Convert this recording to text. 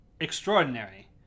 extraordinary